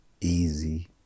easy